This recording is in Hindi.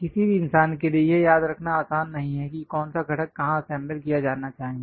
किसी भी इंसान के लिए यह याद रखना आसान नहीं है कि कौन सा घटक कहां असेंबल किया जाना चाहिए